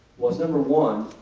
was, number one,